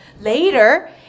Later